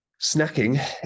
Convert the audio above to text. Snacking